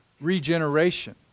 regeneration